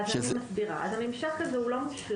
אז אני מסבירה: אז הממשק הזה הוא לא מושלם,